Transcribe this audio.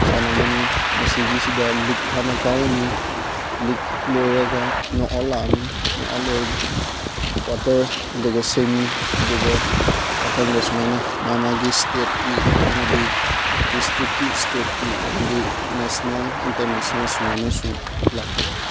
ꯁꯥꯟꯅꯒꯅꯤ ꯃꯁꯤꯒꯤꯁꯤꯗ ꯂꯤꯛ ꯍꯥꯟꯅ ꯀꯥꯎꯔꯅꯤ ꯂꯤꯛ ꯂꯣꯏꯔꯒ ꯅꯣꯛ ꯑꯥꯎꯠ ꯂꯥꯛꯑꯅꯤ ꯅꯣꯛ ꯑꯥꯎꯠ ꯂꯣꯏꯔꯒ ꯀ꯭ꯋꯥꯇꯔ ꯑꯗꯨꯒ ꯁꯦꯃꯤ ꯑꯗꯨꯒ ꯃꯊꯪꯗ ꯁꯨꯃꯥꯏꯅ ꯃꯥ ꯃꯥꯒꯤ ꯏꯁꯇꯦꯠꯀꯤ ꯑꯃꯗꯤ ꯗꯤꯁꯇ꯭ꯔꯤꯛꯀꯤ ꯏꯁꯇꯦꯠꯀꯤ ꯑꯃꯗꯤ ꯅꯦꯁꯅꯦꯜ ꯏꯟꯇꯔꯅꯦꯁꯅꯦꯜ ꯁꯨꯃꯥꯏꯅ ꯁꯨꯝ ꯂꯥꯛꯀꯅꯤ